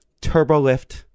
Turbolift